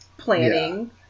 planning